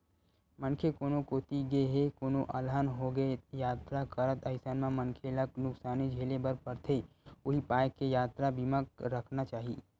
मनखे कोनो कोती गे हे कोनो अलहन होगे यातरा करत अइसन म मनखे ल नुकसानी झेले बर परथे उहीं पाय के यातरा बीमा रखना चाही